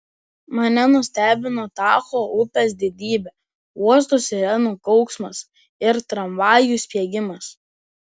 mane nustebino tacho upės didybė uosto sirenų kauksmas ir tramvajų spiegimas